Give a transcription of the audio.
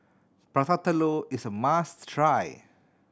Prata Telur is a must try